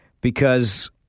because-